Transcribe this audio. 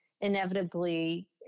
Inevitably